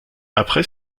après